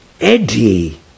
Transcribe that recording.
Eddie